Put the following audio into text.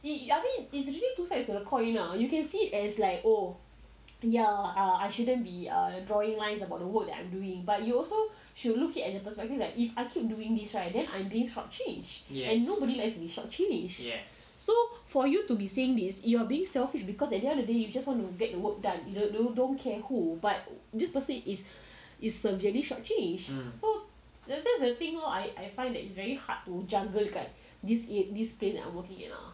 I mean is usually two sides to a coin ah you can see as like oh ya uh I shouldn't be err drawing lines about the work that I am doing but you also should look it at a perspective like if I keep doing this right then I'm being short changed and nobody likes to be short changed so for you to be saying this you are being selfish because at the end of the day you just want to get work done you don't care who but this person is is severely short changed so that that's the thing lor I I find that it's very hard to juggle kat at this this place I'm working at